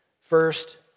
First